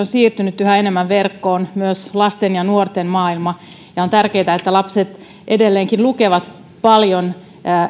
siirtynyt yhä enemmän verkkoon myös lasten ja nuorten maailma ja on tärkeätä että lapset edelleenkin lukevat paljon